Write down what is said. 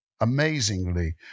amazingly